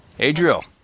Adriel